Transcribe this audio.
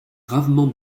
gravement